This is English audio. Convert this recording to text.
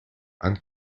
and